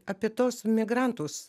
apie tuos migrantus